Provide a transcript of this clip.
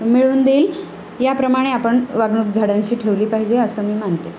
मिळून देईल याप्रमाणे आपण वागणूक झाडांशी ठेवली पाहिजे असं मी मानते